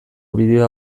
bideoa